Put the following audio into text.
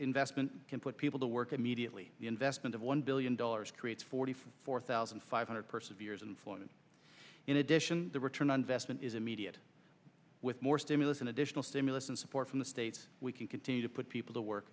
investment can put people to work immediately the investment of one billion dollars creates forty four thousand five hundred perseverance in florida in addition the return on investment is immediate with more stimulus an additional stimulus and support from the states we can continue to put people to work